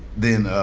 then